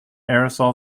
aerosol